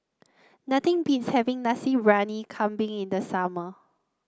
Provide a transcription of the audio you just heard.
nothing beats having Nasi Briyani Kambing in the summer